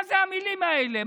מה זה המילים האלה?